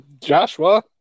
Joshua